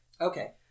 Okay